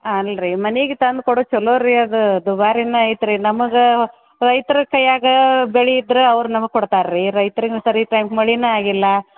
ಹಾಂ ಅಲ್ಲ ರೀ ಮನಿಗೆ ತಂದು ಕೊಡೋದು ಚಲೋ ರೀ ಅದು ದುಬಾರಿನೇ ಐತೆ ರೀ ನಮಗೆ ರೈತ್ರ ಕೈಯಾಗ ಬೆಳೆ ಇದ್ರೆ ಅವ್ರು ನಮಗೆ ಕೊಡ್ತಾರೆ ರೀ ರೈತ್ರ್ಗೆ ಸರಿ ಟೈಮ್ಗೆ ಮಳಿನೇ ಆಗಿಲ್ಲ